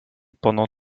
pendant